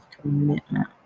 commitment